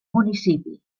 municipi